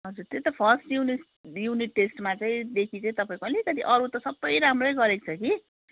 हजुर त्यही त फर्स्ट युनिट युनिट टेस्टमा चाहिँ बेसी चाहिँ तपाईँको अलिकति अरू त सबै राम्रै गरेको छ कि